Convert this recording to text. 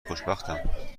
خوشبختم